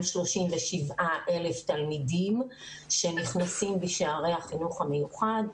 237,000 תלמידים נכנסים בשערי החינוך המיוחד,